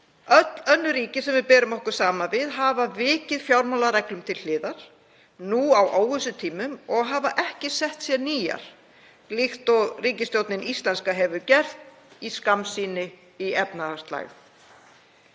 Öll önnur ríki sem við berum okkur saman við hafa vikið fjármálareglum til hliðar nú á óvissutímum og hafa ekki sett sér nýjar, líkt og íslenska ríkisstjórnin hefur gert í skammsýni í efnahagslægð.